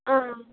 ആ